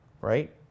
right